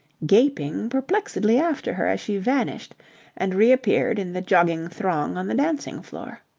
gaping perplexedly after her as she vanished and reappeared in the jogging throng on the dancing floor.